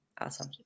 Awesome